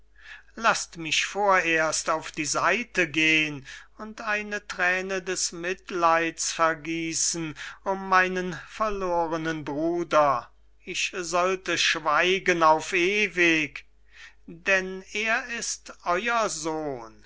laßt mich vorerst auf die seite gehn und eine thräne des mitleids vergiessen um meinen verlornen bruder ich sollte schweigen auf ewig denn er ist euer sohn